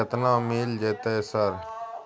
केतना मिल जेतै सर?